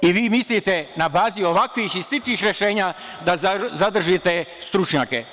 Vi mislite na bazi ovakvih i sličnih rešenja da zadržite stručnjake.